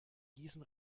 gießen